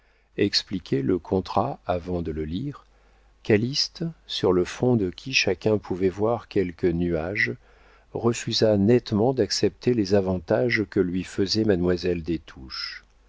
expliquait le contrat avant de le lire calyste sur le front de qui chacun pouvait voir quelques nuages refusa nettement d'accepter les avantages que lui faisait mademoiselle